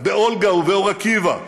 באולגה ובאור עקיבא.